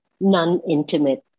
non-intimate